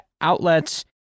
outlets